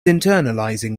internalizing